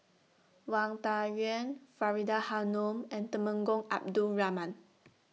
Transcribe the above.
Wang Dayuan Faridah Hanum and Temenggong Abdul Rahman